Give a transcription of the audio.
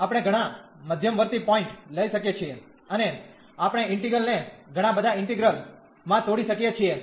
આપણે ઘણા મધ્યવર્તી પોઇન્ટ લઈ શકીએ છીએ અને આપણે ઇન્ટિગ્રલ ને ઘણા બધા ઇન્ટિગ્રેલ માં તોડી શકીએ છીએ